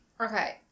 Okay